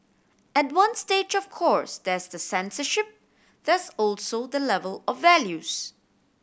at one stage of course there's the censorship there's also the level of values